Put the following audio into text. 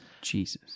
Jesus